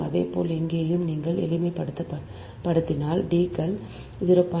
02 அதேபோல் இங்கேயும் நீங்கள் எளிமைப்படுத்தினால் D கள் 0